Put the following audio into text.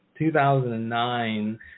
2009